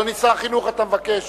אדוני שר החינוך, אתה מבקש?